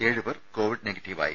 ഏഴുപേർ covid നെഗറ്റീവായി